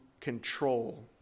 control